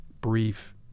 brief